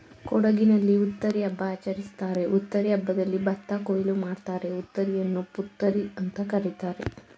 ಕೊಡಗಿನಲ್ಲಿ ಹುತ್ತರಿ ಹಬ್ಬ ಆಚರಿಸ್ತಾರೆ ಹುತ್ತರಿ ಹಬ್ಬದಲ್ಲಿ ಭತ್ತ ಕೊಯ್ಲು ಮಾಡ್ತಾರೆ ಹುತ್ತರಿಯನ್ನು ಪುತ್ತರಿಅಂತ ಕರೀತಾರೆ